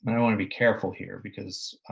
but i want to be careful here because